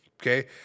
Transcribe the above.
okay